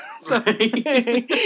Sorry